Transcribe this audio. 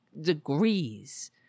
degrees